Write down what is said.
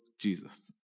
Jesus